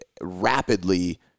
rapidly